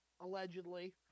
allegedly